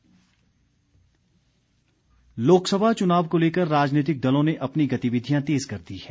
भाजपा बैठक लोकसभा चुनाव को लेकर राजनीतिक दलों ने अपनी गतिविधियां तेज कर दी हैं